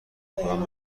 خودم